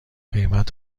قیمت